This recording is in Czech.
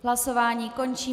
Hlasování končím.